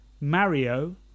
Mario